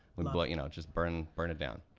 but you know, just burn burn it down.